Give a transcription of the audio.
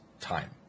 time